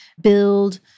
build